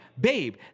babe